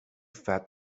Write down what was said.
fed